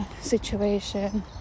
situation